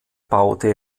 baute